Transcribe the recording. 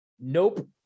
Nope